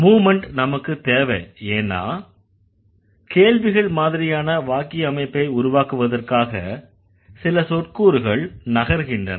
movement நமக்கு தேவை ஏன்னா கேள்விகள் மாதிரியான வாக்கிய அமைப்பை உருவாக்குவதற்காக சில சொற்கூறுகள் நகர்கின்றன